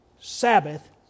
Sabbath